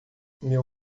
meu